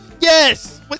Yes